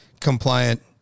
compliant